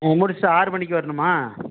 ஆ முடிச்சிட்டு ஆறு மணிக்கு வரணுமா